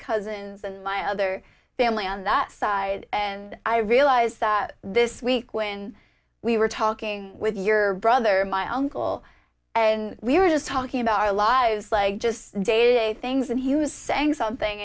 cousins and my other family on that side and i realized this week when we were talking with your brother my uncle and we were just talking about our lives like just day things and he was saying something